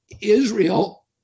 Israel